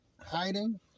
hiding